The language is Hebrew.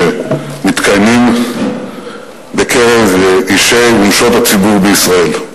שמתקיימים בקרב אישי ונשות הציבור בישראל.